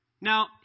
Now